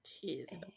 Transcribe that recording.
Jesus